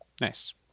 Nice